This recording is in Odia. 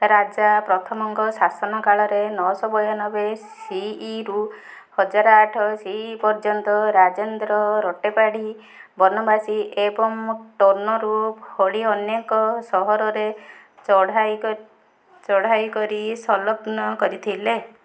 ରାଜା ପ୍ରଥମଙ୍କ ଶାସନ କାଳରେ ନଅସହ ବୟାନବେ ସିଇରୁ ହଜାରଆଠ ସି ଇ ପର୍ଯ୍ୟନ୍ତ ରାଜେନ୍ଦ୍ର ରଟେପାଡ଼ି ବନାବସୀ ଏବଂ ଟୋନୁର ଭଳି ଅନେକ ସହରରେ ଚଢ଼ାଇ ଚଢ଼ାଇ କରି ସଂଲଗ୍ନ କରିଥିଲେ